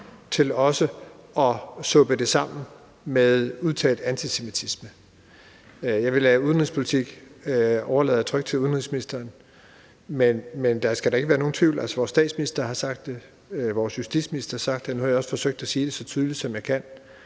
til også at suppe det sammen med udtalt antisemitisme. Jeg vil trygt overlade udenrigspolitik til udenrigsministeren, men der skal da ikke være nogen tvivl om – vores statsminister har sagt det, vores justitsminister har sagt det, og nu har jeg også forsøgt at sige det så tydeligt, som jeg kan